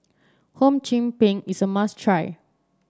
Hum Chim Peng is a must try